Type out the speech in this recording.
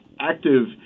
active